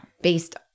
based